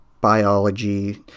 biology